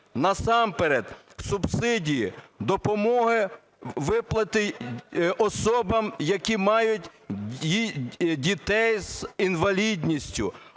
насамперед субсидії, допомоги, виплати особам, які мають дітей з інвалідністю.